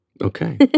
Okay